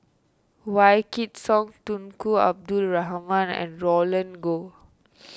Wykidd Song Tunku Abdul Rahman and Roland Goh